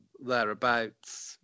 thereabouts